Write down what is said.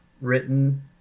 written